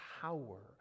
power